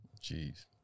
Jeez